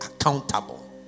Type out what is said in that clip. accountable